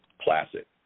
classic